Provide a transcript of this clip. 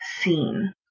seen